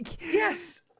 yes